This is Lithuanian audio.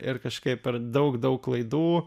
ir kažkaip per daug daug klaidų